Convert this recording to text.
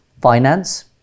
finance